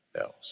else